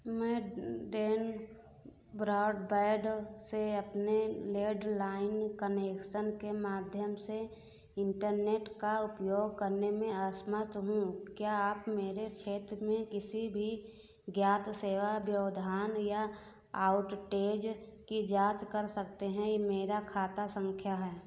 मैं Den broadband से अपने लैण्डलाइन कनेक्शन के माध्यम से इन्टरनेट का उपयोग करने में असमर्थ हूँ क्या आप मेरे क्षेत्र में किसी भी ज्ञात सेवा व्यवधान या आउटरेज़ की जाँच कर सकते हैं यह मेरा खाता सँख्या है